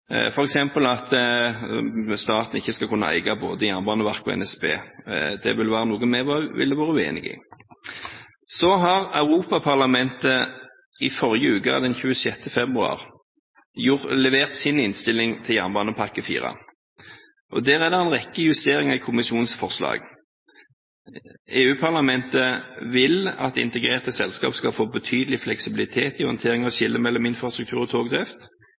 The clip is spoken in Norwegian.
at staten ikke skal kunne eie både Jernbaneverket og NSB. Det vil være noe vi ville vært uenige i. Europaparlamentet leverte i forrige uke, den 26. februar, sin innstilling til jernbanepakke IV, og der er det en rekke justeringer i kommisjonens forslag. EU-parlamentet vil at integrerte selskap skal få betydelig fleksibilitet i håndtering og skille mellom infrastruktur og togdrift,